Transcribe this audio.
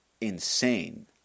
insane